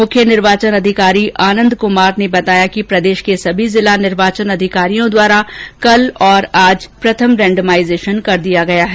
मुख्य निर्वाचन अधिकारी आनंद कुमार ने बताया कि प्रदेश के सभी जिला निर्वाचन अधिकारियों द्वारा कल और आज प्रथम रेंडमाइजेशन कर दिया गया है